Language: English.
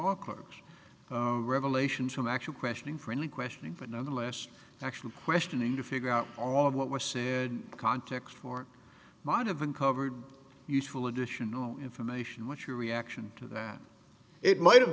awkward revelations from actual questioning friendly questioning but nonetheless actual questioning to figure out all of what was said context for might have uncovered useful additional information what your reaction to that it might have